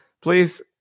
please